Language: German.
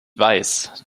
weiß